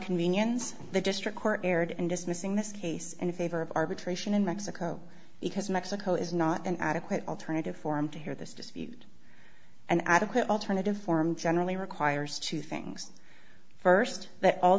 convenience the district court erred and dismissing this case in favor of arbitration in mexico because mexico is not an adequate alternative for him to hear this dispute and adequate alternative form generally requires two things first that all